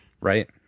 Right